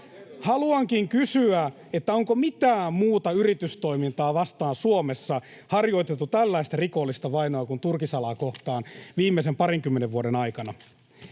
Haluankin kysyä: onko mitään muuta yritystoimintaa vastaan Suomessa harjoitettu tällaista rikollista vainoa kuin turkisalaa kohtaan viimeisen parinkymmenen vuoden aikana?